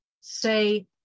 say